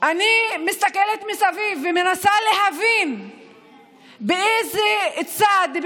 אני מסתכלת מסביב ומנסה להבין באיזה צד,